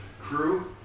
crew